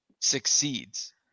succeeds